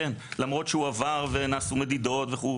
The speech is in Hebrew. למרות שהוא עבר ונעשו מדידות וכו',